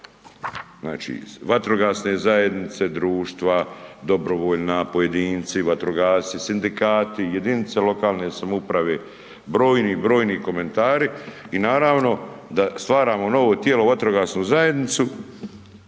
Znači, vatrogasne zajednice, društva dobrovoljna, pojedinci vatrogasci, sindikati, jedinice lokalne samouprave, brojni, brojni komentari i naravno da staramo novo tijelo vatrogasnu zajednicu